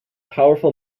powerful